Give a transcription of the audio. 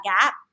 gap